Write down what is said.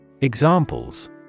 Examples